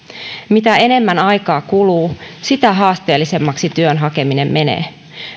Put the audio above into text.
mitä enemmän aikaa kuluu sitä haasteellisemmaksi työn hakeminen menee